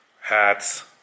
hats